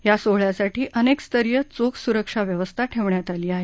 या सोहळ्यासाठी अनेक स्तरीय चोख सुरक्षा व्यवस्था ठेवण्यात आली आहे